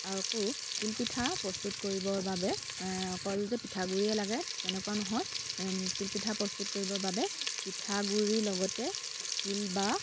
আকৌ তিলপিঠা প্ৰস্তুত কৰিবৰ বাবে অকল যে পিঠাগুড়িয়ে লাগে তেনেকুৱা নহয় তিলপিঠা প্ৰস্তুত কৰিবৰ বাবে পিঠাগুড়িৰ লগতে তিল বা